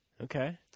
Okay